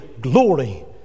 glory